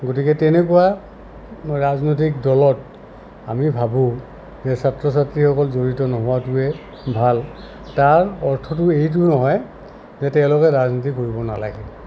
গতিকে তেনেকুৱা ৰাজনৈতিক দলত আমি ভাবোঁ যে ছাত্ৰ ছাত্ৰীসকল জড়িত নোহোৱটোৱে ভাল তাৰ অৰ্থটো এইটো নহয় যে তেওঁলোকে ৰাজনীতি কৰিব নালাগে